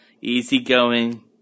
Easygoing